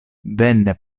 venne